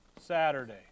Saturday